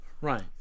Right